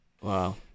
Wow